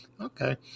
Okay